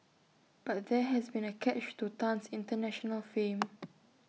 but there has been A catch to Tan's International fame